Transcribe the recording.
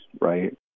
right